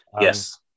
Yes